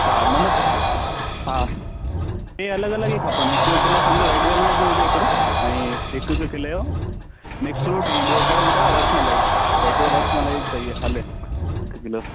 हा मतिलब हा टे अलॻि अलॻि ई खपनि हिकु किलो सम्झो रेड वेल्वेट जो हुजे हिकिड़ो ऐं हिकु हिकु किले जो मिक्स फ़्रूट ऐं ॿियो कहिड़ो ॿुधायव रसमलाई त हिकिड़ो रसमलाई बि सई आहे हले हिकु किलो